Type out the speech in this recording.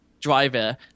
driver